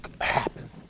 happen